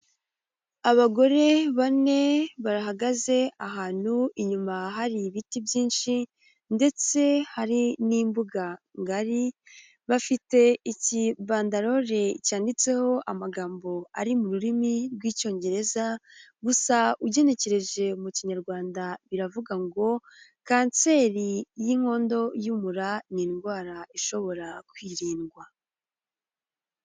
Abagore bane bahagaze ahantu inyuma hari ibiti byinshi ndetse hari n'imbuga ngari; bafite iki bandarore cyanditseho amagambo ari mu rurimi rw'icyongereza; gusa ugenekereje mu kinyarwanda biravuga ngo; kanseri y'inkondo y'umura ni indwara ishobora kwirindwa.